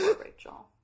Rachel